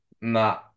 Nah